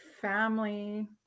family